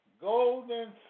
golden